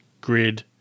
grid